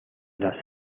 las